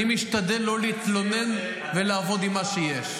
אני משתדל לא להתלונן ולעבוד עם מה שיש.